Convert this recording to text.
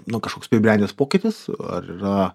nu kažkoks pribrendęs pokytis ar yra